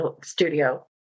Studio